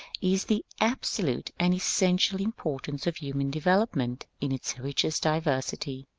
is the absolute and essential importance of human development in its richest diversity.